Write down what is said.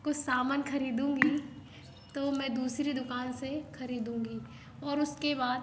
कुछ सामान खरीदूँगी तो मैं दूसरी दुकान से खरीदूँगी और उसके बाद